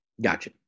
Gotcha